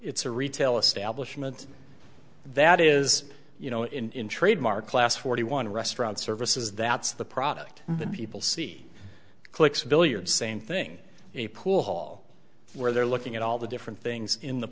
it's a retail establishment that is you know in trademark class forty one restaurant services that's the product that people see clicks billiards same thing a pool hall where they're looking at all the different things in the